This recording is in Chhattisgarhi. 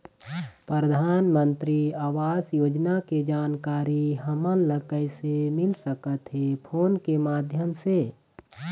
परधानमंतरी आवास योजना के जानकारी हमन ला कइसे मिल सकत हे, फोन के माध्यम से?